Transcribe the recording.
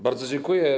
Bardzo dziękuję.